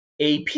AP